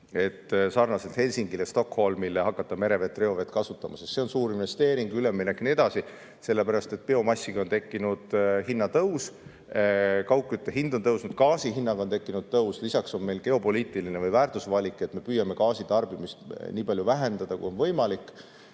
et sarnaselt Helsingi ja Stockholmiga hakata merevett ja reovett kasutama? See on suur investeering, üleminek ja nii edasi. Sellepärast, et biomassiga on tekkinud hinnatõus, kaugkütte hind on tõusnud, gaasi hinnaga on tekkinud tõus. Lisaks on meil geopoliitiline või väärtusvalik, et me püüame gaasi tarbimist nii palju vähendada, kui on võimalik,